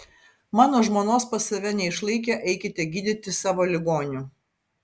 mano žmonos pas save neišlaikę eikite gydyti savo ligonių